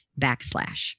backslash